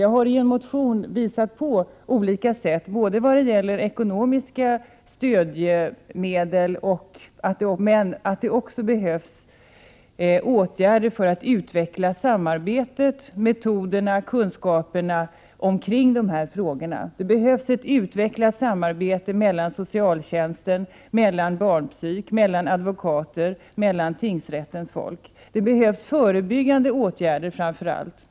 Jag har i en motion pekat på olika sätt både när det gäller ekonomiskt stöd och när det gäller åtgärder för att utveckla samarbetet, metoderna och kunskaperna kring dessa frågor. Det behövs ett utvecklat samarbete mellan socialtjänsten, barnpsykiatriska avdelningar, advokater och tingsrätternas personal. Det behövs framför allt förebyggande åtgärder.